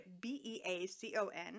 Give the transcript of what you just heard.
B-E-A-C-O-N